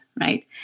right